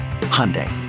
Hyundai